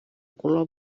color